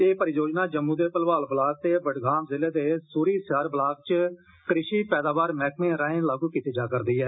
एह् परियोजना जम्मू दे मलवाल ब्लाक ते बड़गाम जिले दे सुरीस्यार ब्लाक च कृषि पैदावार मैहकमें राएं लागू कीत्ती जा'र दी ऐ